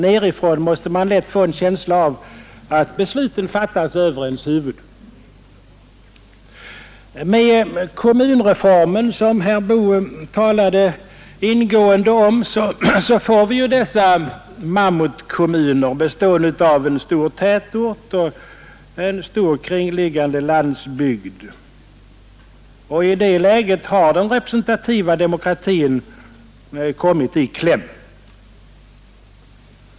Nerifrån måste man lätt få en känsla av att besluten fattas över ens huvud. Med kommunreformen, som herr Boo talade ingående om, får vi ju dessa mammutkommuner, bestående av en tätort och en stor kringliggande landsbygd. I det läget kommer den representativa demokratin lätt i kläm.